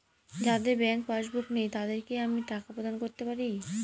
যাদের bank passbook নেই তাদের কি আমি টাকা প্রদান করতে পারি?